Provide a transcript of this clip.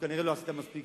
שכנראה לא עשתה מספיק.